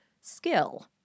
skill